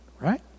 Right